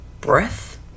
Breath